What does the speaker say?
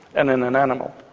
and in an animal.